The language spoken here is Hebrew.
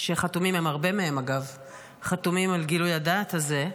שחתומים על גילוי הדעת הזה,